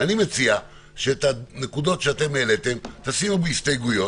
אני מציע שאת הנקודות שאתם העליתם תשימו כהסתייגויות.